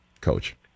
Coach